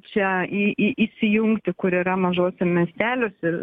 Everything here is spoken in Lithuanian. čia į į įsijungti kur yra mažose miesteliuose